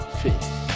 face